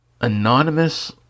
Anonymous